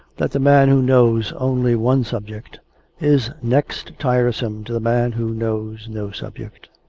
that the man who knows only one subject is next tiresome to the man who knows no subject.